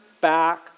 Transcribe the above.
back